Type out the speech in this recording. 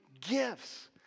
gifts